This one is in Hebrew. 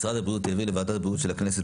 משרד הבריאות הביא לוועדת הבריאות של הכנסת